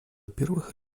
первых